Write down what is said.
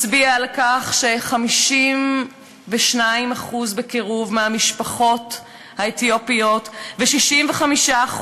מצביע על כך ש-52% בקירוב מהמשפחות האתיופיות ו-65%